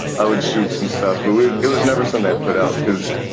i would shoot some stuff, but it was never something i'd put out because,